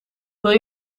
wil